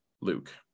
Luke